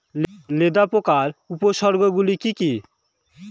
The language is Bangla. লেদা পোকার উপসর্গগুলি কি কি?